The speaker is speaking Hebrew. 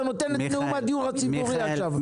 אתה נותן את נאום הדיור הציבורי עכשיו.